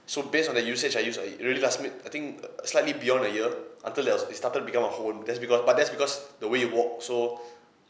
so based on the usage I use I it really last me I think slightly beyond a year until there was it started become a hole that's because but that's because the way you walk so